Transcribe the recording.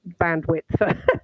bandwidth